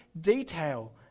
detail